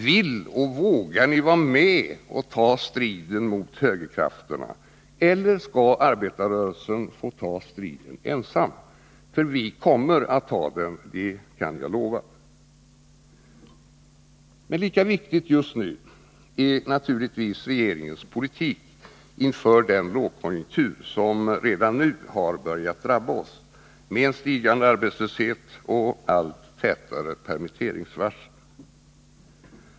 Vill och vågar ni vara med och ta striden mot högerkrafterna, eller skall arbetarrörelsen få ta striden ensam? För vi kommer att ta den, det kan jag lova! Men lika viktig just nu är naturligtvis regeringens politik inför den lågkonjunktur som redan har börjat drabba oss med en stigande arbetslöshet och allt tätare permitteringsvarsel.